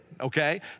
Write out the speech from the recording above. okay